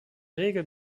regel